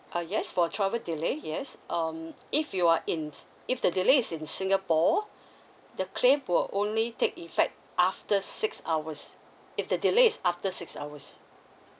uh yes for travel delay yes um if you are in if the delay is in singapore the claim will only take effect after six hours if the delay is after six hours